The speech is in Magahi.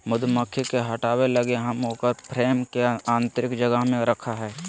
मधुमक्खी के हटाबय लगी हम उकर फ्रेम के आतंरिक जगह में रखैय हइ